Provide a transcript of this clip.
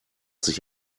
sich